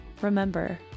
Remember